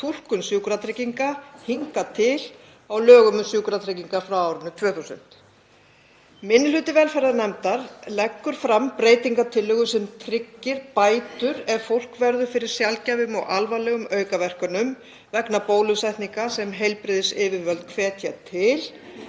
túlkun Sjúkratrygginga hingað til á lögum um Sjúkratryggingar frá árinu 2000. Minni hluti velferðarnefndar leggur fram breytingartillögu sem tryggir bætur ef fólk verður fyrir sjaldgæfum og alvarlegum aukaverkunum vegna bólusetninga sem heilbrigðisyfirvöld hvetja til.